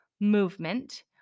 movement